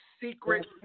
secret